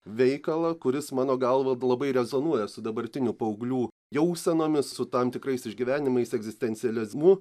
veikalą kuris mano galva labai rezonuoja su dabartinių paauglių jausenomis su tam tikrais išgyvenimais egzistencializmu